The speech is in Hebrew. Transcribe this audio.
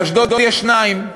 באשדוד יש שניים,